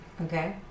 Okay